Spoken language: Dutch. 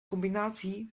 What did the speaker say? combinatie